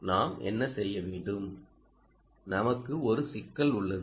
நாம் என்ன செய்ய வேண்டும் நமக்கு ஒரு சிக்கல் உள்ளது